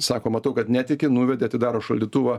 sako matau kad netiki nuvedė atidaro šaldytuvą